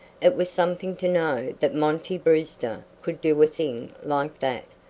it was something to know that monty brewster could do a thing like that,